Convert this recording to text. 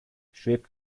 schwebt